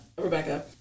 Rebecca